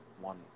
one